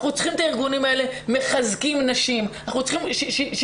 אנחנו צריכים את הארגונים האלה מחזקים נשים,